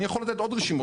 אני יכול לתת עוד רשימות,